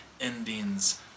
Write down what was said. endings